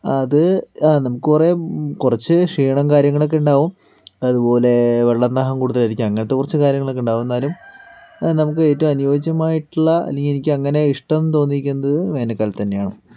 അത് നമുക്ക് കുറേ കുറച്ച് ക്ഷീണവും കാര്യങ്ങളൊക്കെ ഉണ്ടാകും അതുപോലെ വെള്ളം ദാഹം കൂടുതലായിരിക്കും അങ്ങനത്തെ കുറച്ച് കാര്യങ്ങളൊക്കെ ഉണ്ടാകും എന്നാലും അത് നമുക്ക് ഏറ്റവും അനുയോജ്യമായിട്ടുള്ള എനിക്ക് ഏറ്റവും ഇഷ്ട്ടം തോന്നിക്കുന്നത് വേനൽക്കാലത്ത് തന്നെയാണ്